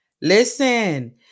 listen